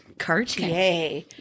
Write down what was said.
Cartier